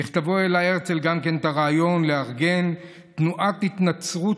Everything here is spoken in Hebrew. במכתבו העלה הרצל גם את הרעיון לארגן תנועת התנצרות